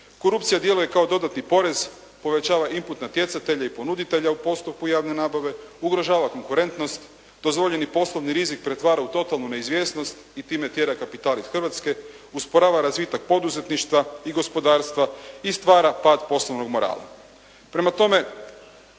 Korupcija djeluje kao dodatni porez, povećava input natjecatelje i ponuditelje u postupku javne nabave, ugrožava konkurentnost, dozvoljeni poslovni rizik pretvara u totalnu neizvjesnost i time tjera kapital iz Hrvatske, usporava razvitak poduzetništva i gospodarstva i stvara pad poslovnog morala.